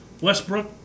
Westbrook